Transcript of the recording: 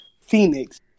Phoenix